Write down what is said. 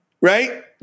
Right